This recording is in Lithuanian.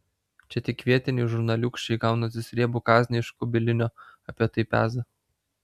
čia tik vietiniai žurnaliūkščiai gaunantys riebų kasnį iš kubilinio apie tai peza